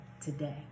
today